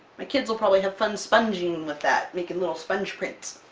my kids will probably have fun sponging with that, making a little sponge prints!